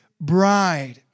bride